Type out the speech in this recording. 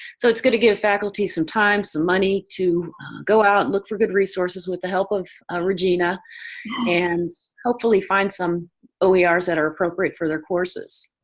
so it's gotta give faculty some time, some money to go out look for good resources with the help of regina and hopefully find some oers that are appropriate for their courses.